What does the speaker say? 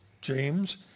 James